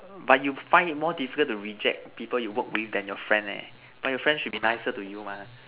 but you find it more difficult to reject people you work with then your friend leh but your friend should be nicer to you mah